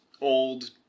old